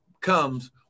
comes